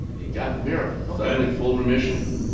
he got the miracle suddenly, full remission.